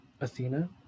Athena